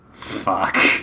Fuck